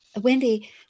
Wendy